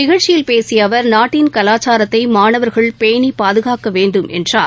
நிகழ்ச்சியில் பேசிய அவர் நாட்டின் கலாச்சாரத்தை மாணவர்கள் பேணி பாதுகாக்க வேண்டும் என்றார்